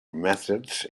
methods